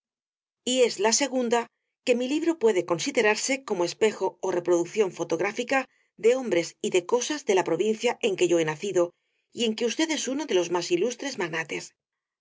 mío y es la segunda que mi libro puede considerarse como espejo ó reproduc ción fotográfica de hombres y de cosas de la provincia en que yo he nacido y en que usted es uno de los más v ilustres magnates